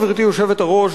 גברתי היושבת-ראש,